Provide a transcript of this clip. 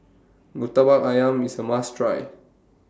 Murtabak Ayam IS A must Try